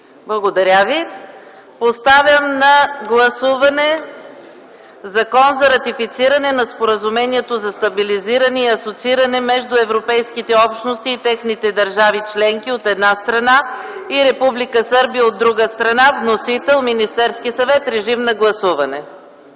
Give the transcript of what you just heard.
Благодаря Ви. Поставям на гласуване Закон за ратифициране на Споразумението за стабилизиране и асоцииране между Европейските общности и техните държави членки, от една страна, и Република Сърбия, от друга страна. Вносител – Министерският съвет. Гласували